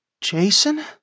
Jason